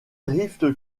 rift